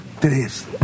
tres